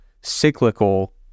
cyclical